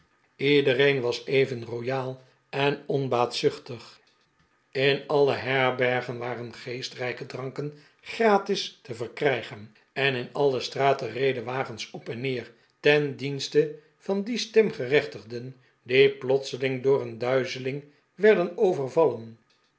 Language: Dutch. iedereen was even royaal en onbaatzuchtig in alle herbergen waren geestrijke dranken gratis te verkrijgen en in alle straten reden wagens op en neer ten dienste van die stemgerechtigden die plotseling door een duizeling werden overvallen